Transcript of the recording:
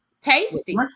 Tasty